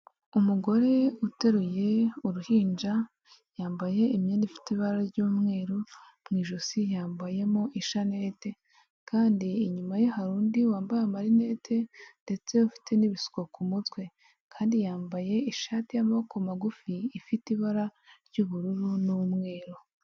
Umugore uteruye uruhinja yambaye imyenda ifite ibara ry'umweru mu ijosi yambayemo ishanete kandi inyuma ye hari undi wambaye amarinete ndetse ufite n'ibisuko ku mutwe kandi yambaye ishati y'amaboko magufi ifite ibara ry'ubururu n'umweru.